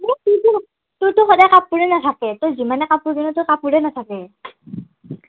তোৰতো সদাই কাপোৰে নাথাকে তই যিমানে কাপোৰ কিন' তোৰ কাপোৰে নাথাকে